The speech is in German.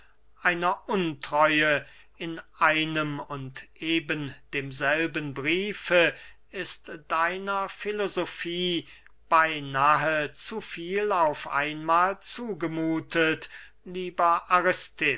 einer untreue in einem und ebendemselben briefe ist deiner filosofie beynahe zu viel auf einmahl zugemuthet lieber